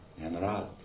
general